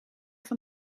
van